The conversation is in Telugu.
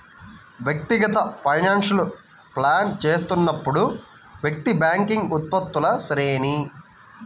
వ్యక్తిగత ఫైనాన్స్లను ప్లాన్ చేస్తున్నప్పుడు, వ్యక్తి బ్యాంకింగ్ ఉత్పత్తుల శ్రేణి